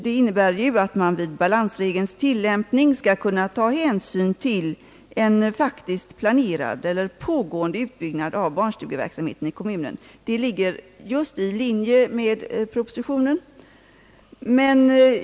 Det innebär ju att man vid balansregelns tillämpning skall kunna ta hänsyn till en faktiskt planerad eller pågående utbyggnad av barnstugeverksamheten inom kommunen. Det ligger just i linje med propositionen.